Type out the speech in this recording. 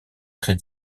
très